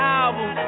album